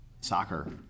soccer